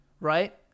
right